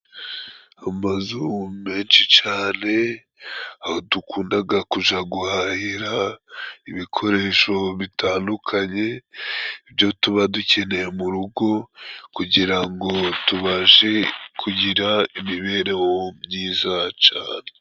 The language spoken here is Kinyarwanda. Amazu menshi cane aho dukundaga kuja guhahira ibikoresho bitandukanye, byo tuba dukeneye mu rugo, kugira ngo tubashe kugira imibereho myiza cane.